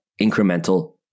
incremental